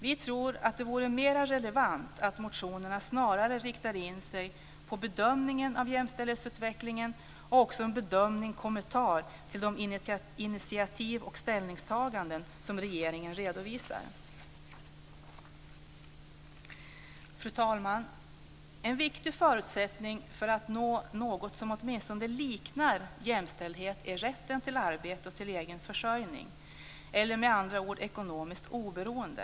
Vi tror att det vore mera relevant att motionerna snarare riktar in sig på bedömningen av jämställdhetsutvecklingen och också på en bedömning av och en kommentar till de initiativ och ställningstaganden som regeringen redovisar. Fru talman! En viktig förutsättning för att man ska kunna nå något som åtminstone liknar jämställdhet är rätten till arbete och egen försörjning eller med andra ord ekonomiskt oberoende.